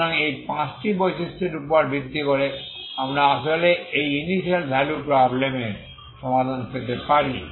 সুতরাং এই পাঁচটি বৈশিষ্ট্যের উপর ভিত্তি করে আমরা আসলে এই ইনিশিয়াল ভ্যালু প্রব্লেম এর সমাধান পেতে পারি